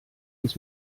uns